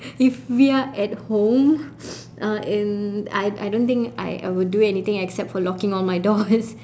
if we are at home uh in I I don't think I I will do anything except for locking all my doors